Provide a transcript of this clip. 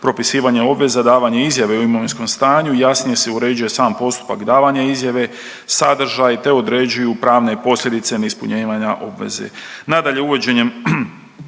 propisivanje obveza davanje izjave o imovinskom stanju jasnije se uređuje sam postupak davanja izjave, sadržaj, te određuju pravne posljedice neispunjavanja obveze.